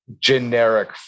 generic